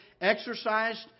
exercised